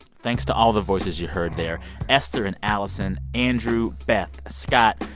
thanks to all the voices you heard there esther and allison, andrew, beth, scott,